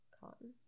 Cotton